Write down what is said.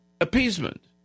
appeasement